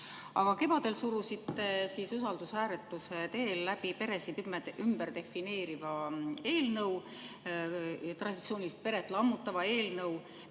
aga kevadel surusite usaldushääletuse teel läbi peresid ümberdefineeriva eelnõu, traditsioonilist peret lammutava eelnõu,